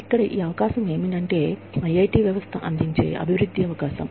ఇక్కడ ఈ అవకాశం ఏమిటంటే ఐఐటి వ్యవస్థ అందించే అభివృద్ధి అవకాశం